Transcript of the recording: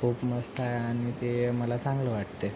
खूप मस्त हा आणि ते मला चांगलं वाटतात